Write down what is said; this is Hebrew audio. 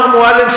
מר מועלם,